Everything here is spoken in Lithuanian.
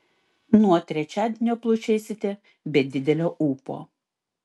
nuo trečiadienio plušėsite be didelio ūpo